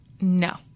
No